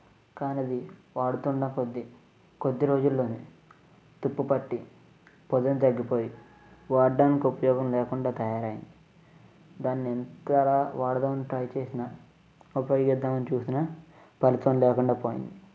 కానీ అది వాడుతున్నా కొద్ది కొద్ది రోజుల్లోనే తుప్పు పట్టి పదును తగ్గిపోయి వాడడానికి ఉపయోగం లేకుండా తయారు అయ్యింది దాన్ని ఎంతలా వాడదాం అని ట్రై చేసినా ఉపయోగిద్దాం అని చూసిన ఫలితం లేకుండా పోయింది